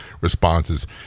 responses